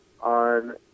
on